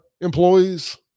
employees